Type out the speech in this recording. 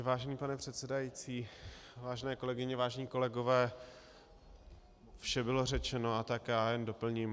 Vážený pane předsedající, vážené kolegyně, vážení kolegové, vše bylo řečeno, a tak já jen doplním.